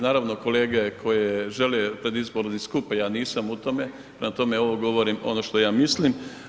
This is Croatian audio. Naravno, kolege koje žele pred izbore idu skupa, ja nisam u tome, prema tome ovo govorim ono što ja mislim.